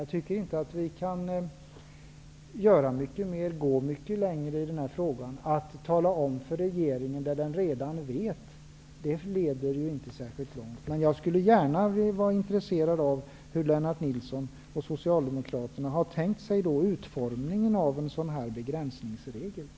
Jag tycker inte att vi kan göra mycket mer och gå mycket längre i denna fråga. Att tala om för regeringen det den redan vet leder inte särskilt långt. Det skulle vara intressant att få veta hur Lennart Nilsson och Socialdemokraterna har tänkt sig utformningen av en begränsningsregel.